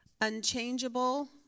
unchangeable